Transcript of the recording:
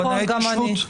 נכון, גם אני.